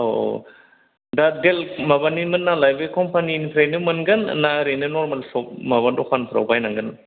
औ औ दा डेल माबानिमोन नालाय बे कम्पानिनिफ्रायनो मोनगोन ना ओरैनो नरमेल छप माबा द'खानफ्राव बायनांगोन